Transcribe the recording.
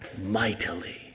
mightily